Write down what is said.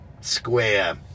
Square